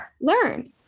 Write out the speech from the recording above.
learn